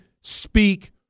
speak